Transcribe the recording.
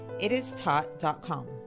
itistaught.com